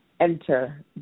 enter